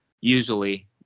usually